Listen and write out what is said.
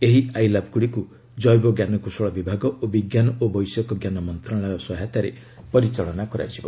ଏହି ଆଇ ଲାବ୍ଗୁଡ଼ିକୁ ଜେବ ଜ୍ଞାନକୌଶଳ ବିଭାଗ ଓ ବିଜ୍ଞାନ ଓ ବୈଷୟିକଜ୍ଞାନ ମନ୍ତ୍ରଣାଳୟ ସହାୟତାରେ ପରିଚାଳନା କରାଯିବ